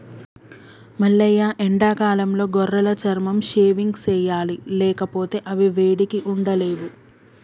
మల్లయ్య ఎండాకాలంలో గొర్రెల చర్మం షేవింగ్ సెయ్యాలి లేకపోతే అవి వేడికి ఉండలేవు